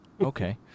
Okay